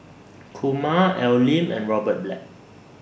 Kumar Al Lim and Robert Black